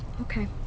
Okay